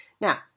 Now